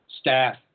staff